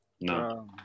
No